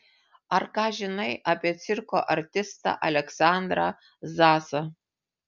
ar ką žinai apie cirko artistą aleksandrą zasą